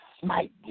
smite